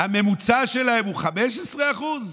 הממוצע שלהן הוא 15%?